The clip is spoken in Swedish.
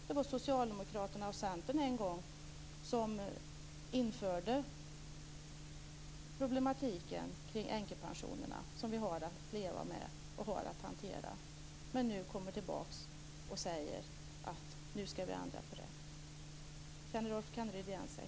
Det var Socialdemokraterna och Centern som en gång införde problematiken kring änkepensionerna som vi har att leva med och hantera men som nu kommer tillbaka och säger att vi ska ändra på det. Känner Rolf Kenneryd igen sig?